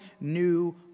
new